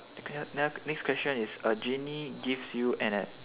okay lor ya next question is a genie gives you an ad~